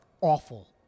awful